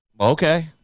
Okay